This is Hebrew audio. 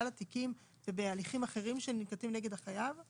התיקים ובהליכים אחרים שננקטים נגד החייב?